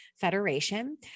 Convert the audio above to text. Federation